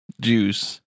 juice